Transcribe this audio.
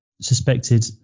suspected